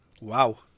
Wow